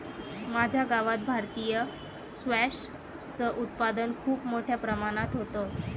माझ्या गावात भारतीय स्क्वॅश च उत्पादन खूप मोठ्या प्रमाणात होतं